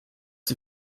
die